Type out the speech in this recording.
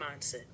mindset